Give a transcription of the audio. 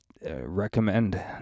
recommend